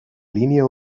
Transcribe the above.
línea